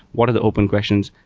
what are the open questions?